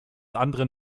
anderen